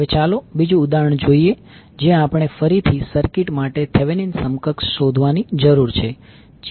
હવે ચાલો બીજું ઉદાહરણ જોઈએ જ્યાં આપણે ફરીથી સર્કિટ માટે થેવેનીન સમકક્ષ શોધવાની જરૂર છે